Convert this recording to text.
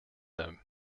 them